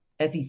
SEC